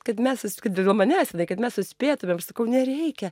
kad mes susi kad dėl manęs jinai kad mes suspėtumėm sakau nereikia